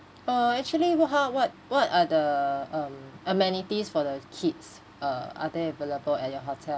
uh actually what how what what are the um amenities for the kids uh are there available at your hotel